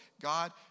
God